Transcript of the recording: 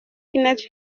energy